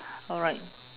alright